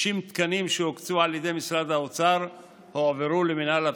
60 תקנים שהוקצו על ידי משרד האוצר הועברו למינהל הבטיחות.